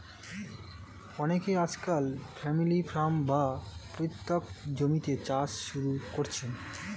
অনেকে আজকাল family farm, বা পৈতৃক জমিতে চাষ শুরু করেছেন